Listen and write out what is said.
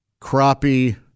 crappie